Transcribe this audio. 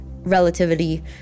relativity